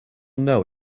know